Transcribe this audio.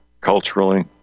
culturally